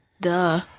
Duh